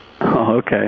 Okay